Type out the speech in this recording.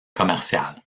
commerciale